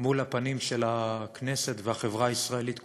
מול הפנים של הכנסת והחברה הישראלית כולה.